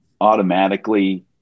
automatically